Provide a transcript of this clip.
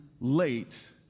late